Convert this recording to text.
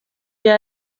iyo